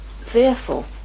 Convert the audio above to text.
fearful